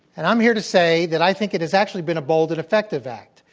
and i'm here to say that i think it has actually been a bold and effective act.